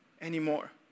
anymore